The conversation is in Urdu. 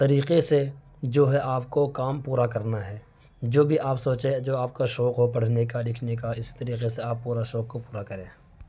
طریقے سے جو ہے آپ کو کام پورا کرنا ہے جو بھی آپ سوچیں جو آپ کا شوق ہو پڑھنے کا لکھنے کا اس طریقے سے آپ پورا شوق کو پورا کریں